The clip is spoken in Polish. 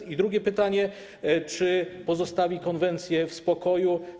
I drugie pytanie: Czy zostawi konwencję w spokoju?